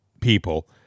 people